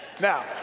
Now